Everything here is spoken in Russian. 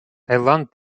таиланд